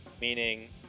meaning